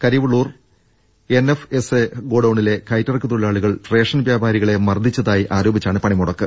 Karivellur NFSA ഗോഡൌണിലെ കയറ്റിറക്ക് തൊഴിലാളികൾ റേഷൻ വ്യാപാരികളെ മർദ്ദിച്ചതായി ആരോ പിച്ചാണ് പണിമുടക്ക്